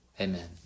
Amen